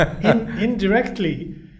indirectly